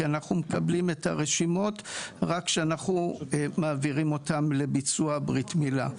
כי אנחנו מקבלים את הרשימות רק כשאנחנו מעבירים אותם לביצוע ברית מילה.